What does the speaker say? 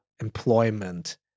employment